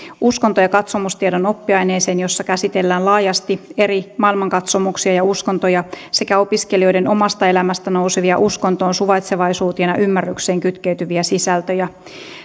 uskonto ja katsomustiedon oppiaineeseen jossa käsitellään laajasti eri maailmankatsomuksia ja uskontoja sekä opiskelijoiden omasta elämästä nousevia uskontoon suvaitsevaisuuteen ja ymmärrykseen kytkeytyviä sisältöjä